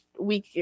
week